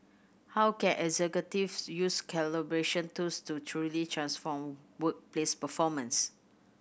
how can executives use collaboration tools to truly transform workplace performance